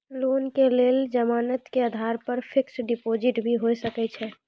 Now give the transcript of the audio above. Loan के लेल जमानत के आधार पर फिक्स्ड डिपोजिट भी होय सके छै?